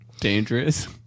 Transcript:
dangerous